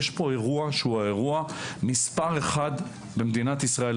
יש פה אירוע שהוא אירוע מספר אחד במדינת ישראל.